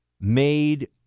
made